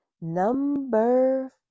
Number